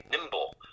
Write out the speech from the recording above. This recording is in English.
nimble